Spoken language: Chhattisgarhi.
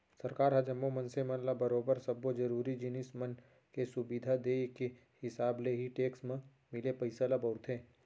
सरकार ह जम्मो मनसे मन ल बरोबर सब्बो जरुरी जिनिस मन के सुबिधा देय के हिसाब ले ही टेक्स म मिले पइसा ल बउरथे